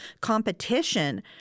competition